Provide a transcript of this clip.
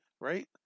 right